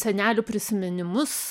senelių prisiminimus